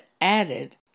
added